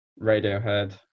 Radiohead